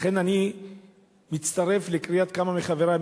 לכן אני מצטרף לקריאת כמה מחברי,